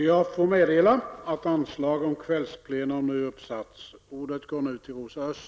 Jag får meddela att anslag om kvällsplenum nu har uppsats.